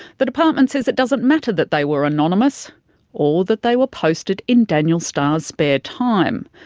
the department says it doesn't matter that they were anonymous or that they were posted in daniel starr's spare time,